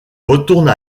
retourne